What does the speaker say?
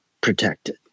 protected